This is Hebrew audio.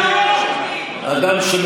אבידר מהאולם.